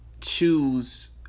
choose